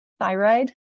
thyroid